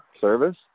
service